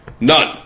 None